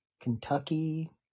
Kentucky